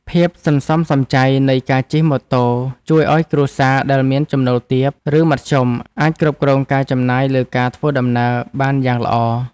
ភាពសន្សំសំចៃនៃការជិះម៉ូតូជួយឱ្យគ្រួសារដែលមានចំណូលទាបឬមធ្យមអាចគ្រប់គ្រងការចំណាយលើការធ្វើដំណើរបានយ៉ាងល្អ។